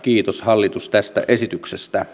kiitos hallitus tästä esityksestä